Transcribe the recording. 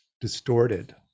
distorted